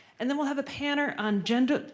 and then we'll have a panel on gender,